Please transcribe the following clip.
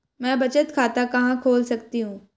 मैं बचत खाता कहां खोल सकती हूँ?